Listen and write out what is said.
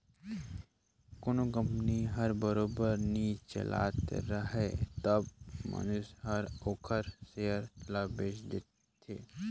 कोनो कंपनी हर बरोबर नी चलत राहय तब मइनसे हर ओखर सेयर ल बेंच देथे